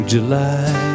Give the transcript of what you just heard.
July